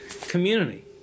community